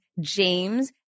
James